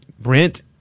Brent